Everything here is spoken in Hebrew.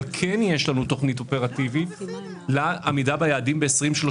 אבל כן יש לנו תוכנית אופרטיבית לעמידה ביעדים ב-2030.